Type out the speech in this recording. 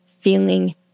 feeling